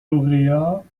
lauréats